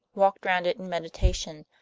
walked round it in meditation,